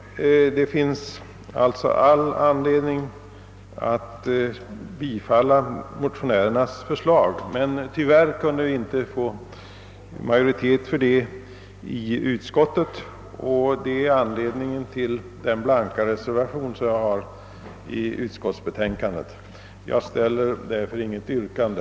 Det finns all anledning att bifalla motionärernas förslag, men tyvärr kunde vi inte få majoritet härför i utskottet. Det är anledningen till den blanka reservation som fogats vid betänkandet. Jag har därför inget yrkande.